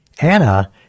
Anna